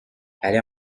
aller